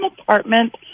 apartment